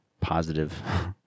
positive